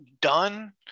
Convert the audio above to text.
done